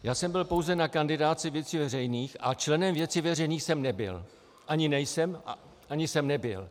Já jsem byl pouze na kandidátce Věcí veřejných a členem Věcí veřejných jsem nebyl ani nejsem a ani jsem nebyl.